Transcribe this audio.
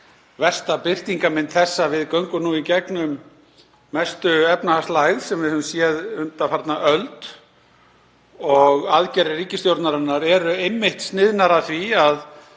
versta birtingarmynd þess að við göngum nú í gegnum mestu efnahagslægð sem við höfum séð undanfarna öld. Aðgerðir ríkisstjórnarinnar eru einmitt sniðnar að því að